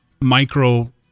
micro